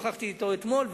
שוחחתי אתו אתמול,